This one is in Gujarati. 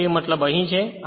તેથી તે મતલબ અહી છે